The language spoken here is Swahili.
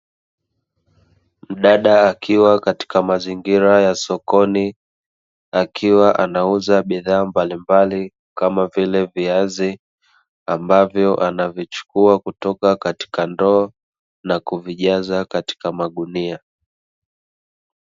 mdada akiwa katika mazingira ya sokoni, akiwa anauza bidhaa mbalimbali, kama vile viazi, ambavyo anavichukua kutoka katika ndoo na kuvijaza katika magunia.